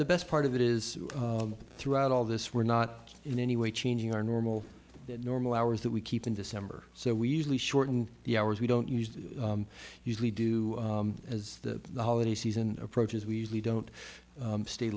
the best part of it is throughout all this we're not in any way changing our normal normal hours that we keep in december so we usually shorten the hours we don't use usually do as the holiday season approaches we usually don't stay